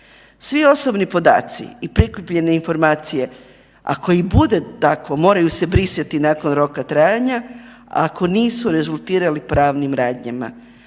Svi osobni podaci i prikupljene informacije, ako i bude tako moraju se brisati nakon roka trajanja ako nisu rezultirali pravnim radnjama.